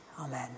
Amen